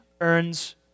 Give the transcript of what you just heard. earns